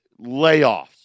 layoffs